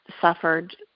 suffered